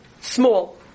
Small